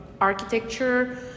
architecture